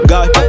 God